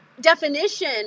definition